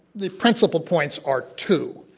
the principal points are two.